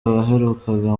waherukaga